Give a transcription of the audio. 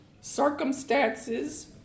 circumstances